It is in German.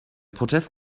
protest